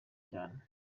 cyane